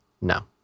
No